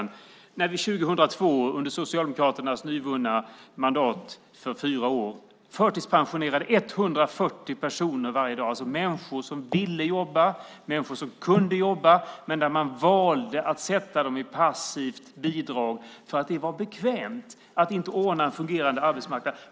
På vilket sätt ökade intäkterna av skatten när vi 2002 under Socialdemokraternas nyvunna mandat för fyra år förtidspensionerade 140 personer varje dag? Det var alltså människor som ville jobba, människor som kunde jobba, men man valde att sätta dem i passivt bidrag för att det var bekvämt att inte ordna en fungerande arbetsmarknad.